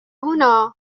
هنا